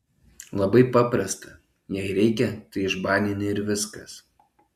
labai paprasta jei reikia tai išbanini ir viskas